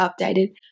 updated